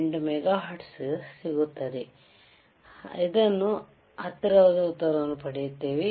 128 megahertz ಗೆ ಹತ್ತಿರವಾದ ಉತ್ತರವನ್ನು ಪಡೆಯುತ್ತೇವೆ